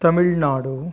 Tamil Nadu